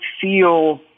feel